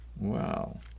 Wow